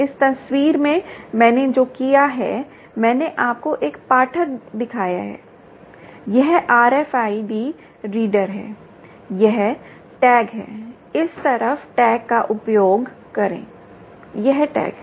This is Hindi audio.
इस तस्वीर में मैंने जो किया है मैंने आपको एक पाठक दिखाया है यह RFID रीडर है यह टैग है इस तरफ टैग का उपयोग करें यह टैग है